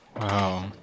wow